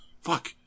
fuck